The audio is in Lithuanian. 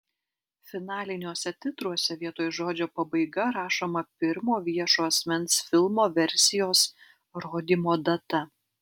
finaliniuose titruose vietoj žodžio pabaiga rašoma pirmo viešo esamos filmo versijos rodymo data